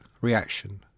reaction